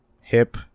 hip